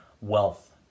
wealth